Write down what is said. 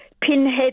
pinhead